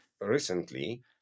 recently